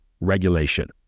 regulation